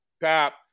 pap